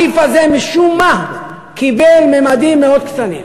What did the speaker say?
הסעיף הזה משום מה קיבל ממדים מאוד קטנים.